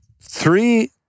three